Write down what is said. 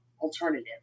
alternative